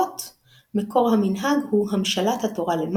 שכן הוא מחזק את האמונה בביאת המשיח.